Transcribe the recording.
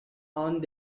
aunt